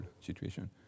situation